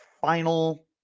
Final